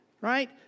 right